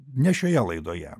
ne šioje laidoje